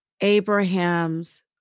Abraham's